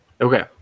okay